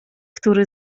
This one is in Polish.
który